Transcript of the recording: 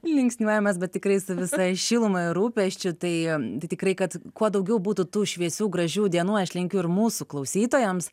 linksniuojamas bet tikrai su visa šiluma ir rūpesčiu tai tikrai kad kuo daugiau būtų tų šviesių gražių dienų aš linkiu ir mūsų klausytojams